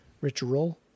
Ritual